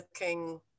looking